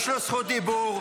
יש לו זכות דיבור.